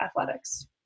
athletics